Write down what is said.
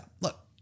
Look